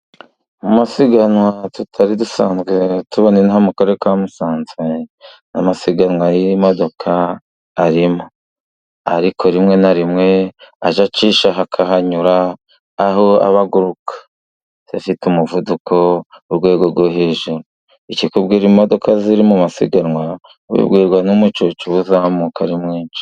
Mu masiganwa tutari dusanzwe tubona inaha mu Karere ka Musanze, amasiganwa y'iyi modoka arimo. Ariko rimwe na rimwe ajya acishaho akahanyura, aho aba aguruka. Ziba zifite umuvuduko mu rwego rwo hejuru, ikikubwira imodoka ziri mu masiganwa , ubibwirwa n'umucucu uba uzamuka ari mwinshi.